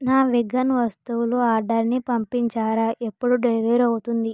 నా వీగన్ వస్తువులు ఆర్డర్ని పంపించారా ఎప్పుడు డెలివర్ అవుతుంది